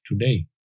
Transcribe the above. today